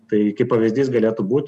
tai kaip pavyzdys galėtų būt